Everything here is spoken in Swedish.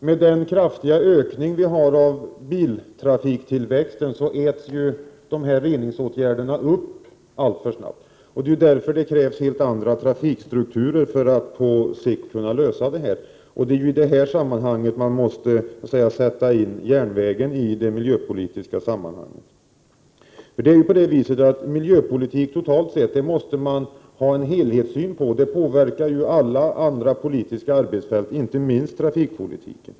Med den kraftiga ökningen av bilismen äts ju dessa reningsåtgärder upp alltför snabbt. Därför krävs det helt andra trafikstrukturer för att man på sikt skall kunna lösa detta problem. Det är här som man måste sätta in järnvägen i det miljöpolitiska sammanhanget. Man måste ju ha en helhetssyn på miljöpolitiken. Den påverkar ju alla andra politiska arbetsfält, inte minst trafikpolitiken.